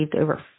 over